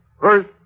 First